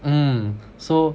mm so